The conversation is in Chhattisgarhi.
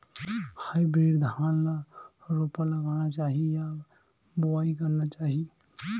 हाइब्रिड धान ल रोपा लगाना चाही या बोआई करना चाही?